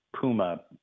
Puma